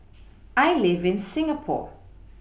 I live in Singapore